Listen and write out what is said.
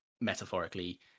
metaphorically